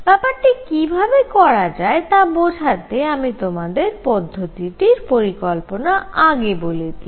ব্যাপারটি কি ভাবে করা যায় তা বোঝাতে আমি তোমাদের পদ্ধতিটির পরিকল্পনা আগে বলে দিই